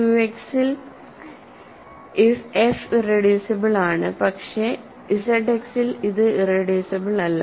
ക്യുഎക്സിൽ F irreducible ആണ് പക്ഷേ Z എക്സിൽ ഇത് ഇറെഡ്യൂസിബിൾ അല്ല